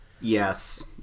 Yes